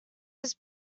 his